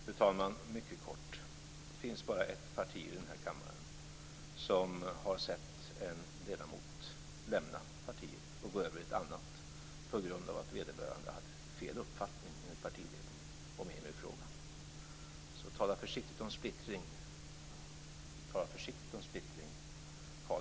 Fru talman! Mycket kort: Det finns bara ett parti i den här kammaren som har sett en ledamot lämna partiet och gå över till ett annat parti på grund av att vederbörande enligt partiledningen hade fel uppfattning om EMU-frågan. Tala försiktigt om splittring, Carl Bildt!